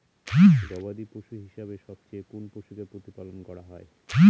গবাদী পশু হিসেবে সবচেয়ে কোন পশুকে প্রতিপালন করা হয়?